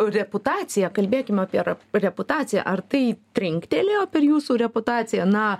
reputacija kalbėkim apie reputaciją ar tai trinktelėjo per jūsų reputaciją na